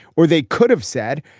or they could have said,